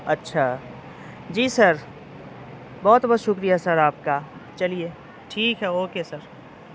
اچھا جی سر بہت بہت شکریہ سر آپ کا چلیے ٹھیک ہے اوکے سر